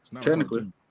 Technically